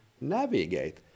navigate